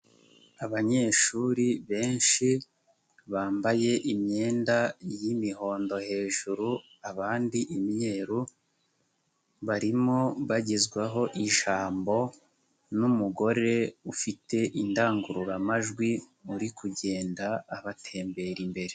Abanyeshuri benshi bambaye imyenda y'imihondo hejuru abandi imyeru, barimo bagezwaho ijambo n'umugore ufite indangururamajwi, uri kugenda abatembera imbere.